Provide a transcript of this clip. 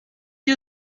you